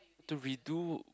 to redo